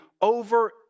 over